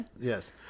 Yes